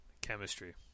Chemistry